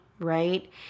Right